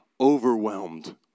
overwhelmed